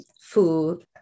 food